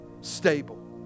stable